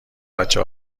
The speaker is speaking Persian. بچه